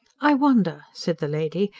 i wonder, said the lady,